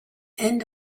end